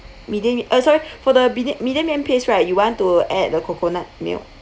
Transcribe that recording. medium uh sorry for the mediu~ medium yam paste right you want to add the coconut milk